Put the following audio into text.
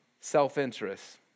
self-interest